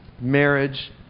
marriage